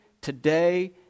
today